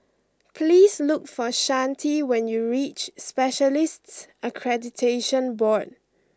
please look for Chante when you reach Specialists Accreditation Board